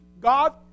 God